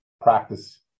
practice